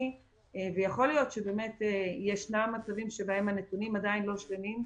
ויכול להיות שיש מצבים שבהם הנתונים עדיין לא שלמים.